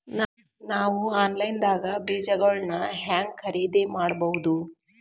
ನಾವು ಆನ್ಲೈನ್ ದಾಗ ಬೇಜಗೊಳ್ನ ಹ್ಯಾಂಗ್ ಖರೇದಿ ಮಾಡಬಹುದು?